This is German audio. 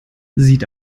sieht